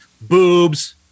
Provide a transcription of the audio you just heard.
boobs